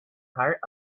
heart